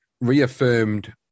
reaffirmed